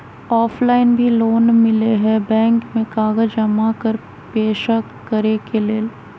Offline भी loan मिलहई bank में कागज जमाकर पेशा करेके लेल?